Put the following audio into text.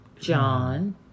John